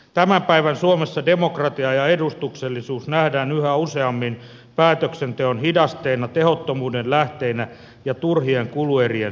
tämän päivän suomessa demokratia ja edustuksellisuus nähdään yhä useammin päätöksenteon hidasteina tehottomuuden lähteinä ja turhien kuluerien synnyttäjinä